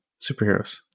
superheroes